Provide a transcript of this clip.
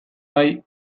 bai